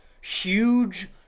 huge